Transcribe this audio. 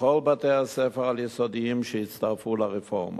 בכל בתי-הספר העל-יסודיים שהצטרפו לרפורמה.